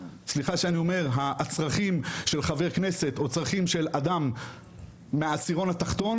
וסליחה שאני אומר: הצרכים של חבר כנסת והצרכים של אדם מהעשירון התחתון